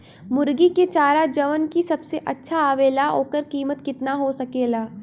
मुर्गी के चारा जवन की सबसे अच्छा आवेला ओकर कीमत केतना हो सकेला?